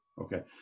okay